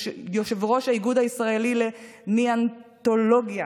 יושב-ראש האיגוד הישראלי לנאונטולוגיה,